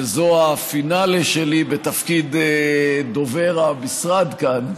שזה הפינאלה שלי בתפקיד דובר המשרד כאן,